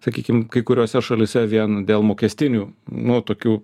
sakykim kai kuriose šalyse vien dėl mokestinių nu tokių